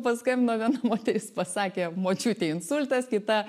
paskambino viena moteris pasakė močiutei insultas kita